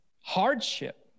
Hardship